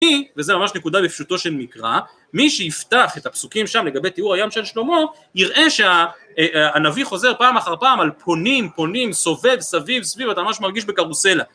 וזה ממש נקודה לפשוטו של מקרא, מי שיפתח את הפסוקים שם לגבי תיאור הים של שלמה, יראה שהנביא חוזר פעם אחר פעם על פונים פונים סובב סביב סביב אתה ממש מרגיש בקרוסלה